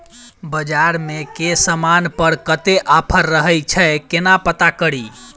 बजार मे केँ समान पर कत्ते ऑफर रहय छै केना पत्ता कड़ी?